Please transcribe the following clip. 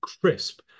crisp